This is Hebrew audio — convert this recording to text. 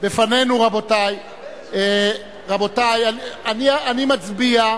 רבותי, אנחנו נצביע.